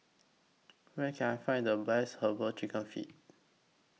Where Can I Find The Best Herbal Chicken Feet